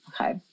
Okay